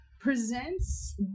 presents